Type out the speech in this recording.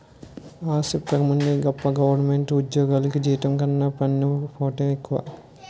ఆ, సెప్పేందుకేముందిలే గొప్ప గవరమెంటు ఉజ్జోగులికి జీతం కన్నా పన్నుపోటే ఎక్కువ